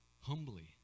humbly